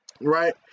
right